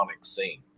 scene